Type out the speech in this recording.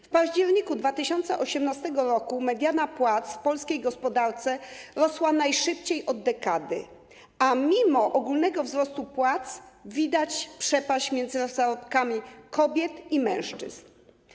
W październiku 2018 r. mediana płac w polskiej gospodarce rosła najszybciej od dekady, a mimo ogólnego wzrostu płac widać przepaść między zarobkami kobiet i mężczyzn.